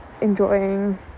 enjoying